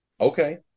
Okay